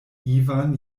ivan